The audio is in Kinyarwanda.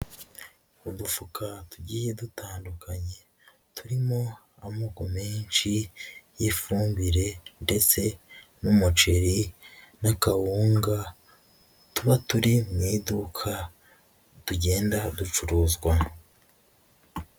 Udufuka tugiye dutandukanye turimo amoko menshi y'ifumbire ndetse n'umuceri n'akawunga, tuba turi mu iduka tugenda ducuruzwa.